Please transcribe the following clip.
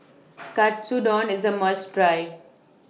Katsudon IS A must Try